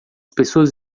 pessoas